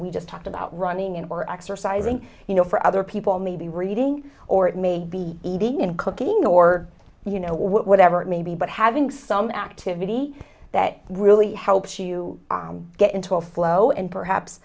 we just talked about running in or exercising you know for other people maybe reading or it may be eating and cooking or you know whatever it may be but having some activity that really helps you get into a flow and perhaps